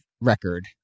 record